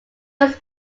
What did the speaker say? was